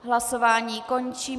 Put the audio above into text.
Hlasování končím.